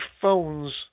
phones